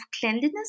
cleanliness